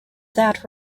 that